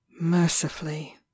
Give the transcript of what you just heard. Mercifully